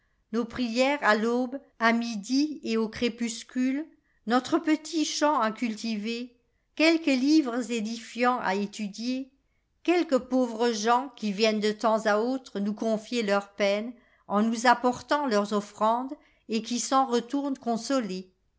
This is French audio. nos prières à l'aube à midi et au crépuscule notre petit champ à cultiver quelques livres édifiants à étudier quelques pauvres gens qui viennent de temps à autre nous confier leurs peines en nous apportant leurs offrandes et qui s'en retournent